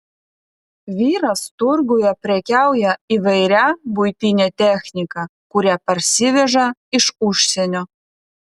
vyras turguje prekiauja įvairia buitine technika kurią parsiveža iš užsienio